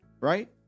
right